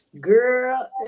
Girl